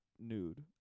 nude